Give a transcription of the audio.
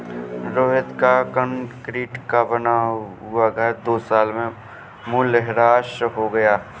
रोहित का कंक्रीट का बना हुआ घर दो साल में मूल्यह्रास हो गया